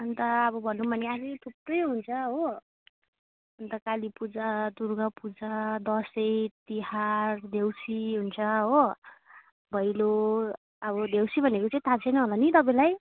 अन्त अब भनौँ भने यहाँनिर थुप्रै हुन्छ हो अन्त कालीपूजा दुर्गापूजा दसैँ तिहार देउसी हुन्छ हो भैलो अब देउसी भनेको चाहिँ थाहा छैन होला नि तपाईँलाई